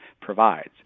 provides